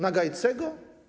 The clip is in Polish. Na Gajcego?